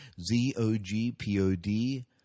Z-O-G-P-O-D